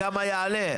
כמה יעלה?